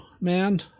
man